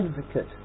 Advocate